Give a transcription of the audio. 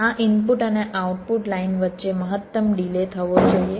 આ ઇનપુટ અને output line વચ્ચે મહત્તમ ડિલે થવો જોઈએ